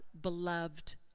beloved